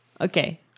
Okay